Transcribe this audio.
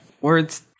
words